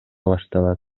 башталат